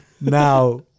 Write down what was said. now